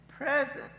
presence